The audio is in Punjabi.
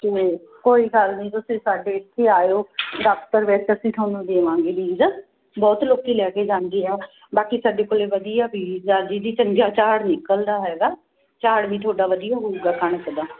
ਕੋਈ ਕੋਈ ਗੱਲ ਨਹੀਂ ਤੁਸੀਂ ਸਾਡੇ ਇੱਥੇ ਆਇਓ ਦਫਤਰ ਵਿੱਚ ਅਸੀਂ ਤੁਹਾਨੂੰ ਦੇਵਾਂਗੇ ਬੀਜ ਬਹੁਤ ਲੋਕ ਲੈ ਕੇ ਜਾਂਦੇ ਆ ਬਾਕੀ ਸਾਡੇ ਕੋਲ ਵਧੀਆ ਬੀਜ ਆ ਜਿਹਦੀ ਚੰਗਾ ਝਾੜ ਨਿਕਲਦਾ ਹੈਗਾ ਝਾੜ ਵੀ ਤੁਹਾਡਾ ਵਧੀਆ ਹੋਊਗਾ ਕਣਕ ਦਾ